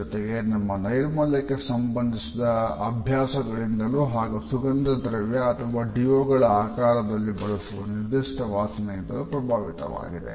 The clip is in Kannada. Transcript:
ಜೊತೆಗೆ ನಮ್ಮ ನೈರ್ಮಲ್ಯಕ್ಕೆ ಸಂಬಂಧಿಸಿದ ಅಭ್ಯಾಸಗಳಿಂದಲೂ ಹಾಗೂ ಸುಗಂಧದ್ರವ್ಯ ಅಥವಾ ಡಿಯೋ ಗಳ ಆಕಾರದಲ್ಲಿ ಬಳಸುವ ನಿರ್ದಿಷ್ಟ ವಾಸನೆಯಿಂದಲೂ ಪ್ರಭಾವಿತವಾಗಿವೆ